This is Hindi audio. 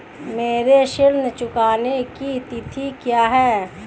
मेरे ऋण चुकाने की तिथि क्या है?